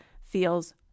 feels